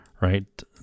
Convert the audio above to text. right